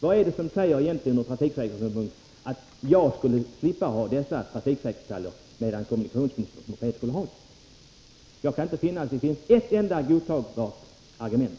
Vad är det ur trafiksäkerhetssynpunkt som säger att jag skall slippa ha dessa trafiksäkerhetsdetaljer på min moped, medan kommunikationsministern skall ha dem på sin? Jag kan inte se att det finns ett enda godtagbart argument.